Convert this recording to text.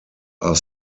are